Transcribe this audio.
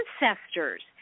ancestors